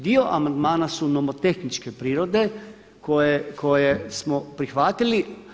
Dio amandmana su nomotehničke prirode koje smo prihvatili.